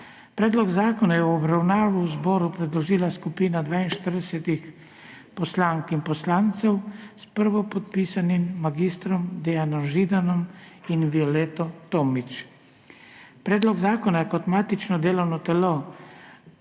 Predlog zakona je v obravnavo zboru predložila skupina 42 poslank in poslancev s prvopodpisanima mag. Dejanom Židanom in Violeto Tomić. Predlog zakona je kot matično delovno delo